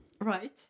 Right